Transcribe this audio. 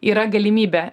yra galimybė